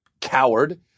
coward